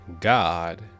God